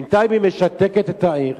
בינתיים היא משתקת את העיר,